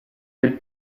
del